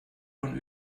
von